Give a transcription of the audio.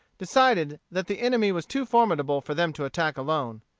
decided that the enemy was too formidable for them to attack alone.